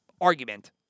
argument